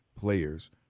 players